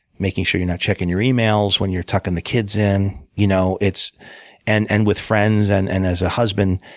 making sure you're not checking your emails when you're tucking the kids in, you know it's and and with friends, friends, and as a husband,